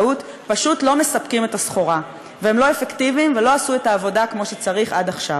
אני לא חושבת שיש משהו בעולם שיצדיק את זה.